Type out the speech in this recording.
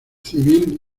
civil